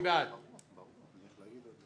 מי בעד הצעה 86